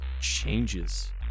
changes